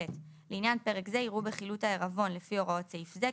(ב)לעניין פרק זה יראו בחילוט העירבון לפי הוראות סעיף זה,